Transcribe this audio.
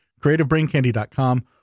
creativebraincandy.com